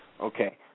Okay